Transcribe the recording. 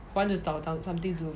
want to 找到 something to